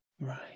Right